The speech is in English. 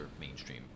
mainstream